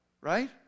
right